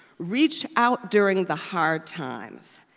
reach out during the hard times.